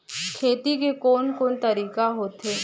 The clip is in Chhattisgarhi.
खेती के कोन कोन तरीका होथे?